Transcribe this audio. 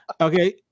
okay